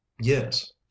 Yes